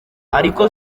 ariko